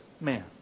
man